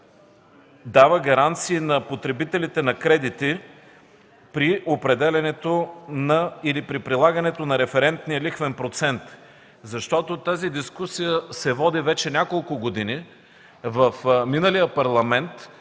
дава гаранции на потребителите на кредити при определянето или при прилагането на референтния лихвен процент. Тази дискусия се води вече няколко години. В миналия Парламент